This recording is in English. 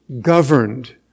governed